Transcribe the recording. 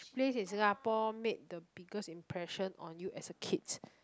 place in singapore made the biggest impression on you as a kid